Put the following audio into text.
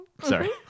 Sorry